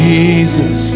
Jesus